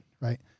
right